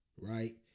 right